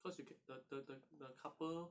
cause you can~ the the the the couple